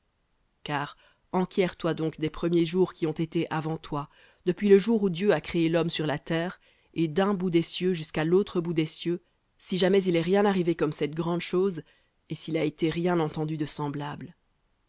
car enquiers toi donc des premiers jours qui ont été avant toi depuis le jour où dieu a créé l'homme sur la terre et d'un bout des cieux jusqu'à l'autre bout des cieux si il est rien arrivé comme cette grande chose et s'il a été rien entendu de semblable